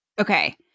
Okay